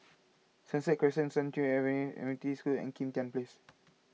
Sunset Crescent San Yu adven Adventist School and Kim Tian Place